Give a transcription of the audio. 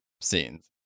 scenes